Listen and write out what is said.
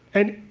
and,